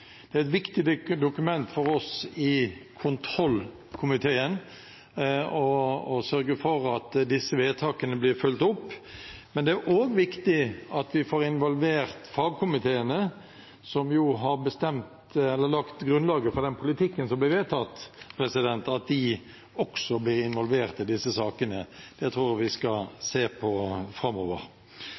Det er et viktig dokument for oss i kontroll- og konstitusjonskomiteen, når det gjelder det å sørge for at disse vedtakene blir fulgt opp. Det er også viktig at fagkomiteene, som har lagt grunnlaget for den politikken som blir vedtatt, blir involvert i disse sakene. Det tror jeg vi skal se på framover.